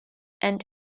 and